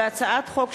נחמן שי,